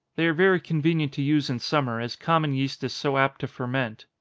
they are very convenient to use in summer, as common yeast is so apt to ferment.